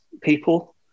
people